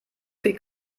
viel